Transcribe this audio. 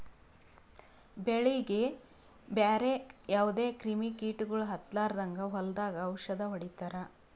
ಬೆಳೀಗಿ ಬ್ಯಾರೆ ಯಾವದೇ ಕ್ರಿಮಿ ಕೀಟಗೊಳ್ ಹತ್ತಲಾರದಂಗ್ ಹೊಲದಾಗ್ ಔಷದ್ ಹೊಡಿತಾರ